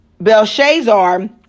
Belshazzar